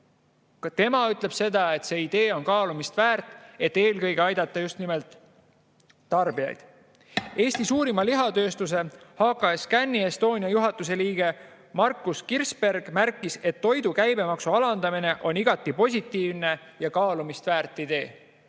tema ütles, et idee on kaalumist väärt, et eelkõige aidata just nimelt tarbijaid. Eesti suurima lihatööstuse, HKScan Estonia juhatuse liige Markus Kirsberg märkis, et toidu käibemaksu alandamine on igati positiivne ja kaalumist väärt idee.